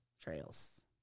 Trails